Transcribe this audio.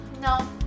no